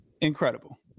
Incredible